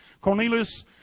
Cornelius